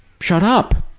shut up!